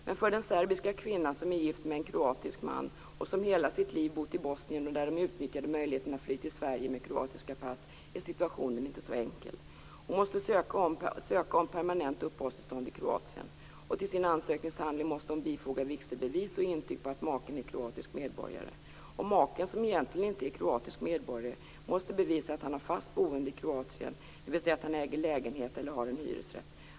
Men för den serbiska kvinna som är gift med en kroatisk man och som hela sitt liv bott i Bosnien, där paret utnyttjade möjligheten att fly till Sverige med kroatiska pass, är situationen inte så enkel. Hon måste söka permanent uppehållstillstånd i Kroatien. Till sin ansökningshandling måste hon bifoga vigselbevis och intyg på att maken är kroatisk medborgare. Maken, som egentligen inte är kroatisk medborgare, måste bevisa att han har fast boende i Kroatien, dvs. att han äger en lägenhet eller har en hyresrätt.